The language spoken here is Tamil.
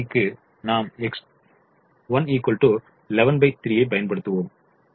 நாம் X1 113 பயன்படுத்துவோம்